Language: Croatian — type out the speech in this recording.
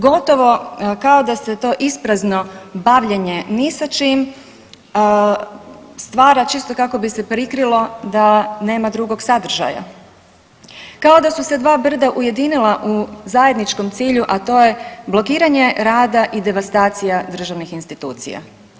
Gotovo kao da se to isprazno bavljenje ni sa čim stvara čisto kako bi se prikrilo da nema drugog sadržaja, kao da su se dva brda ujedinila u zajedničkom cilju, a to je blokiranje rada i devastacija državnih institucija.